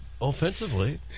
offensively